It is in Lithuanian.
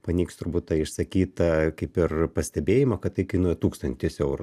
paneigsiu turbūt tą išsakytą kaip ir pastebėjimą kad tai kainuoja tūkstantis eurų